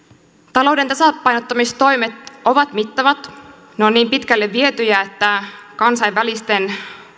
talouden tasapainottamistoimet ovat mittavat ne ovat niin pitkälle vietyjä että kansainvälisten